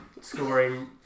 scoring